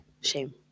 shame